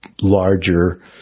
larger